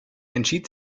entschied